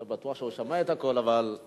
לא בטוח שהוא שומע את הכול, אבל יש לך עשר דקות.